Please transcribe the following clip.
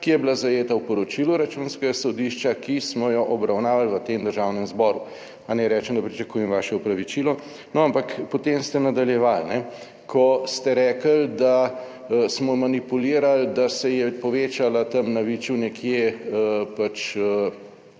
ki je bila zajeta v poročilu Računskega sodišča, ki smo jo obravnavali v tem Državnem zboru, pa naj rečem, da pričakujem vaše opravičilo. No, ampak potem ste nadaljevali. Ko ste rekli, da smo manipulirali, da se je povečala tam na Viču nekje